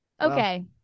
Okay